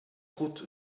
route